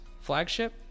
flagship